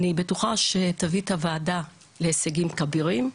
אני בטוחה שתביא את הוועדה להישגים כבירים,